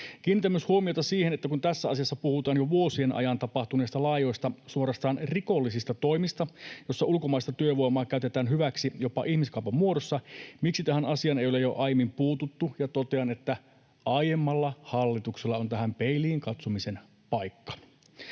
Kiinnitän huomiota myös siihen, että kun tässä asiassa puhutaan jo vuosien ajan tapahtuneista laajoista, suorastaan rikollisista, toimista, joissa ulkomaista työvoimaa käytetään hyväksi jopa ihmiskaupan muodossa, niin miksi tähän asiaan ei ole jo aiemmin puututtu. Ja totean, että aiemmalla hallituksella on tähän peiliin katsomisen paikka.